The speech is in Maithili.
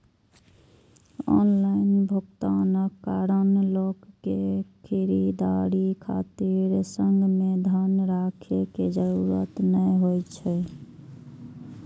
ऑनलाइन भुगतानक कारण लोक कें खरीदारी खातिर संग मे धन राखै के जरूरत नै होइ छै